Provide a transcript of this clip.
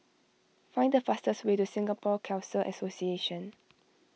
find the fastest way to Singapore Khalsa Association